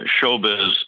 showbiz